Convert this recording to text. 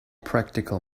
practical